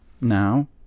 now